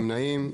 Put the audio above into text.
נמנעים?